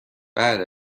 بعد